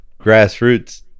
grassroots